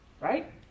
Right